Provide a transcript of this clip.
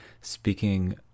speaking